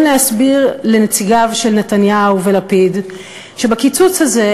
להסביר לנציגיו של נתניהו ולפיד שבקיצוץ הזה,